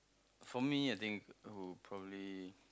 for me I think would probably